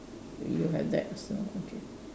you have that also okay